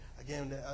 again